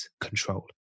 control